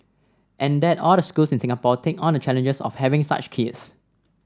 and that all the schools in Singapore take on the challenges of having such kids